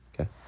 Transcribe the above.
Okay